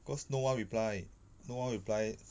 cause no one reply no one reply